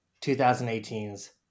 2018's